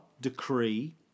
Decree